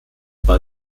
bei